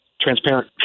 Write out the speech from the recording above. transparent